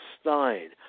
Stein